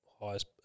highest